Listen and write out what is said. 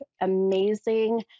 amazing